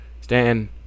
Stan